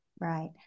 Right